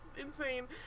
Insane